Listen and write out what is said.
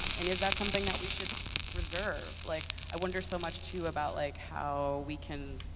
um and is that something that we should reserve? like i wonder so much, too, about like how we can